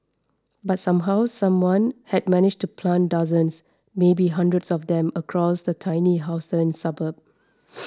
but somehow someone had managed to plant dozens maybe hundreds of them across the tiny Houston suburb